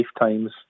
lifetimes